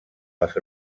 les